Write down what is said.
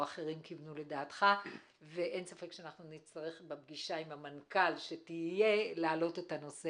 אחרות ואנשים שונים שאמורים לטפל בזה וחייבים לעשות את הקו המפריד